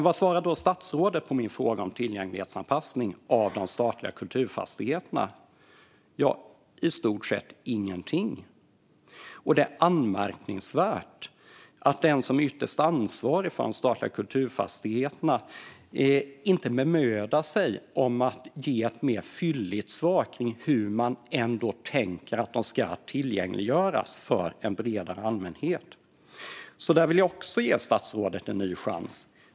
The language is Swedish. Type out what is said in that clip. Vad svarar statsrådet på min fråga om tillgänglighetsanpassning av de statliga kulturfastigheterna? I stort sett ingenting. Det är anmärkningsvärt att den som är ytterst ansvarig för de statliga kulturfastigheterna inte bemödar sig om att ge ett mer fylligt svar på hur man ändå tänker att de ska tillgängliggöras för en bredare allmänhet. Här vill jag ge statsrådet en ny chans.